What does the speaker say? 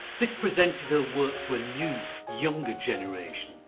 this presented her work to a new, younger generation.